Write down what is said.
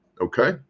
Okay